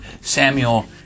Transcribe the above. Samuel